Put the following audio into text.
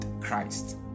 Christ